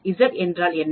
Z என்றால் என்ன